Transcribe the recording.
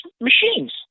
machines